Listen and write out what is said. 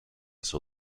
suo